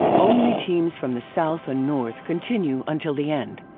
only teams from the south and north continue until the end.